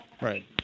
Right